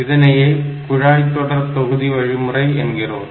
இதனையே குழாய்தொடர் தொகுதி வழிமுறை ஆகும்